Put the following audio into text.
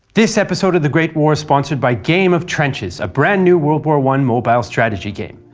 this episode of the great war is sponsored by game of trenches, a brand-new world war one mobile strategy game.